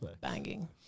banging